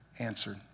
answered